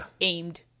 aimed